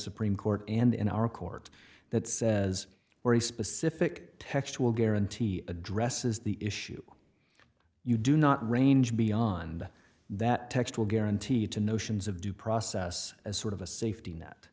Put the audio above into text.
supreme court and in our court that says very specific textual guarantee addresses the issue you do not range beyond that text will guarantee to notions of due process as sort of a safety net